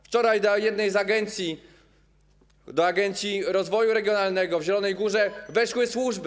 Wczoraj do jednej z agencji, do Agencji Rozwoju Regionalnego w Zielonej Górze, weszły służby.